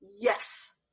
yes